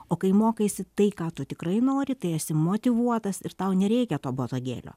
o kai mokaisi tai ką tu tikrai nori tai esi motyvuotas ir tau nereikia to botagėlio